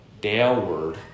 downward